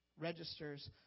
registers